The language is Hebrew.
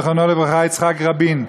זיכרונו לברכה יצחק רבין,